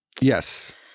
Yes